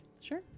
Sure